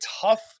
tough